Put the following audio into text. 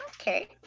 Okay